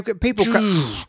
People